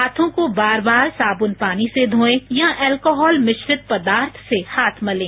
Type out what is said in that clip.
हाथों को बार बार साबुन पानी से धोएं या अल्कोहल मिश्रित पदार्थ से हाथ मलें